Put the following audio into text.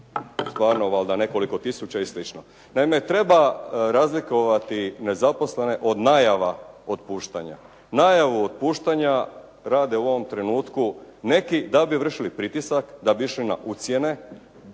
stvarno valjda nekoliko tisuća i slično. Naime, treba razlikovati nezaposlene od najava otpuštanja. Najavu otpuštanja rade u ovom trenutku neki da bi vršili pritisak, da bi išli na ucjene,